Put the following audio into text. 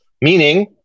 Meaning